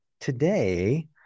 today